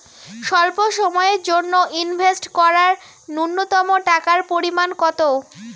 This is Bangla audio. স্বল্প সময়ের জন্য ইনভেস্ট করার নূন্যতম টাকার পরিমাণ কত?